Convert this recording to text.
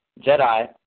Jedi